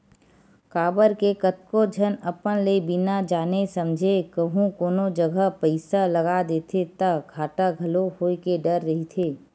काबर के कतको झन अपन ले बिना जाने समझे कहूँ कोनो जगा पइसा लगा देथे ता घाटा घलो होय के डर रहिथे